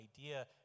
idea